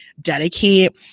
dedicate